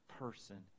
person